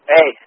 Hey